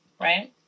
right